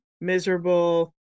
miserable